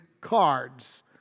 cards